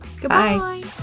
goodbye